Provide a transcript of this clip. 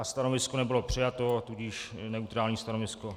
Stanovisko nebylo přijato, a tudíž neutrální stanovisko.